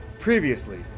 previously